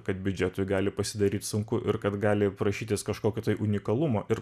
kad biudžetui gali pasidaryt sunku ir kad gali prašytis kažkokio tai unikalumo ir